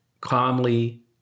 calmly